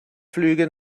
flüge